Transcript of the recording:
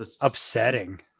upsetting